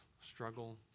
struggle